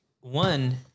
one